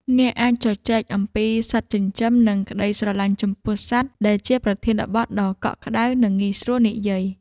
អ្នកអាចជជែកអំពីសត្វចិញ្ចឹម និងក្ដីស្រឡាញ់ចំពោះសត្វ ដែលជាប្រធានបទដ៏កក់ក្ដៅ និងងាយស្រួលនិយាយ។